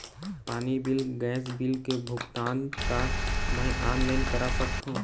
पानी bill gas bill के भुगतान का मैं ऑनलाइन करा सकथों?